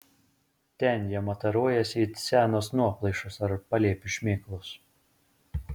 ten jie mataruojasi it senos nuoplaišos ar palėpių šmėklos